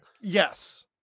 Yes